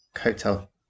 Hotel